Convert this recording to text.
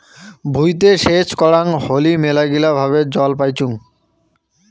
ভুঁইতে সেচ করাং হলি মেলাগিলা ভাবে জল পাইচুঙ